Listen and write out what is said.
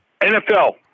NFL